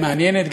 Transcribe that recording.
מעניינת,